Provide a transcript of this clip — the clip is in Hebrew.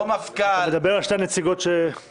לא מפכ"ל --- אתה מדבר על שתי נציגות שהחרימו.